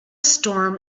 storm